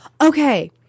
okay